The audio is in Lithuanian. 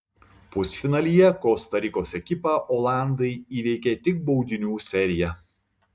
pusfinalyje kosta rikos ekipą olandai įveikė tik baudinių serija